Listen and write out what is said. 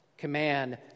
command